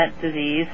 disease